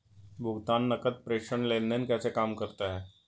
भुगतान नकद प्रेषण लेनदेन कैसे काम करता है?